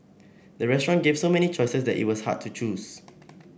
the restaurant gave so many choices that it was hard to choose